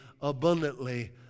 abundantly